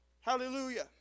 Hallelujah